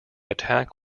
attack